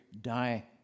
die